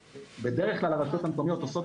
ובדרך כלל הרשויות המקומיות עושות